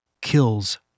Kills